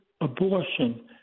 abortion